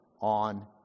on